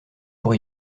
pour